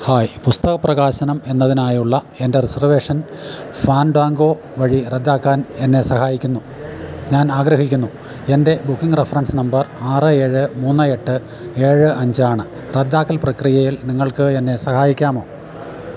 hi പുസ്തക പ്രകാശനം എന്നതിനായുള്ള എന്റെ റിസർവേഷൻ ഫാൻഡാങ്കോ വഴി റദ്ദാക്കാൻ ഞാൻ ആഗ്രഹിക്കുന്നു എന്റെ ബുക്കിംഗ് റഫറൻസ് നമ്പർ ആറ് ഏഴ് മൂന്ന് എട്ട് ഏഴ് അഞ്ച് ആണ് റദ്ദാക്കൽ പ്രക്രിയയിൽ നിങ്ങൾക്കെന്നെ സഹായിക്കാമോ